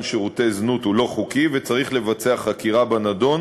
שירותי זנות הוא לא חוקי וצריך לבצע חקירה בנדון,